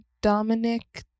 dominic